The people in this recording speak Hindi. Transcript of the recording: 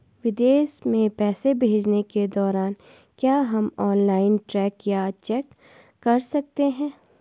विदेश में पैसे भेजने के दौरान क्या हम ऑनलाइन ट्रैक या चेक कर सकते हैं?